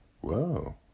Whoa